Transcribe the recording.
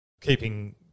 keeping